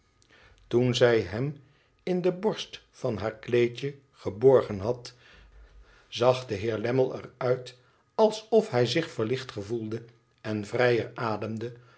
vribmd zij hem in de bont van haar kleedje geborgen had zae de heer lammie er uit alsof hij zich verlicht gevoelde en vrijer ademde